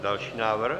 Další návrh.